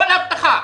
כל הבטחה.